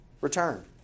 Return